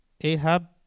Ahab